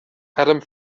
adam